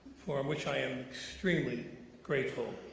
for um which i am extremely grateful.